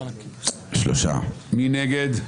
מי נגד?